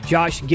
Josh